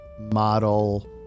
model